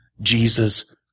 Jesus